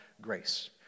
grace